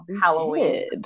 Halloween